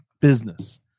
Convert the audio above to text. business